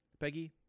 Peggy